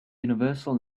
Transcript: universal